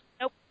Nope